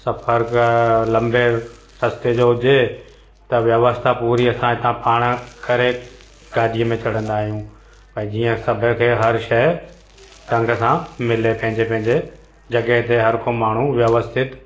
सफ़रु क लंबे रस्ते जो हुजे त व्यवस्था पूरी असां हितां पाण करे गाॾीअ में चढ़ंदा आहियूं भई जीअं सभ खे हर शइ ढंग सां मिले पंहिंजे पंहिंजे जॻह ते हर कोई माण्हू व्यवस्थित